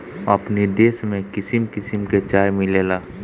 अपनी देश में किसिम किसिम के चाय मिलेला